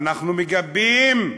"אנחנו מגבים,